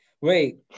Wait